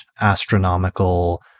astronomical